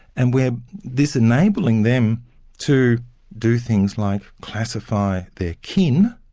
and we're disenabling them to do things like classify their kin,